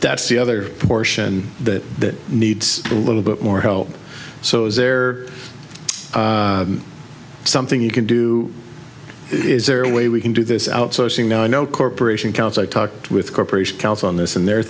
that's the other portion that needs a little bit more help so is there something you can do is there a way we can do this outsourcing now i know corporation counts i talked with corporation counsel on this and they're